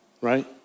right